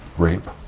rape,